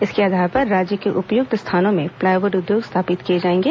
इसके आधार पर राज्य के उपयुक्त स्थानों में प्लाईवुड उद्योग स्थापित किए जाएंगे